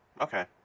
Okay